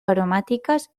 aromáticas